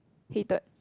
hated